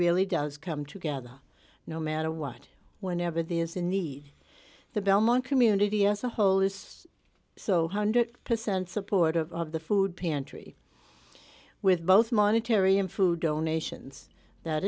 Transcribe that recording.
really does come together no matter what whenever there's a need the belmont community as a whole is so one hundred percent supportive of the food pantry with both monetary in food donations that